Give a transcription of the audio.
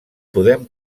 podem